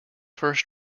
first